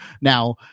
Now